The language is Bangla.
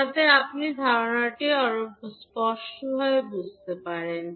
যাতে আপনি ধারণাটি আরও স্পষ্টভাবে বুঝতে পারবেন